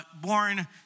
born